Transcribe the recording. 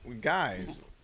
guys